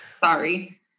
sorry